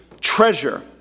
treasure